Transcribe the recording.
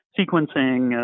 sequencing